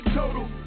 total